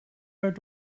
werd